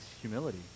humility